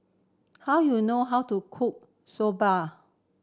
how you know how to cook Soba